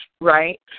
Right